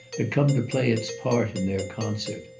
had come to play its part in their concert.